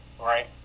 Right